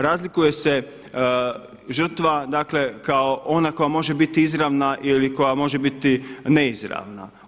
Razlikuje se žrtva, dakle kao ona koja može bit izravna ili koja može biti neizravna.